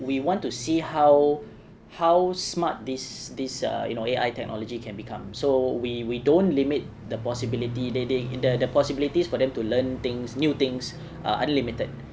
we want to see how how smart these these err you know A_I technology can become so we we don't limit the possibility they they the possibilities for them to learn things new things are unlimited